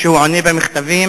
כשהוא עונה במכתבים.